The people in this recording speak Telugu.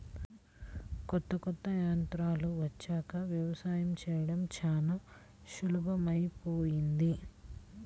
కొత్త కొత్త యంత్రాలు వచ్చాక యవసాయం చేయడం చానా సులభమైపొయ్యింది